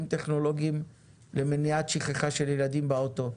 הטכנולוגיים למניעת שכחה של ילדים באוטו,